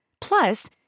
Plus